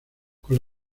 con